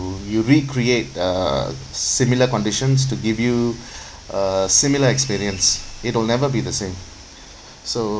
you recreate a similar conditions to give you uh similar experience it will never be the same so